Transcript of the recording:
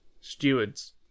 stewards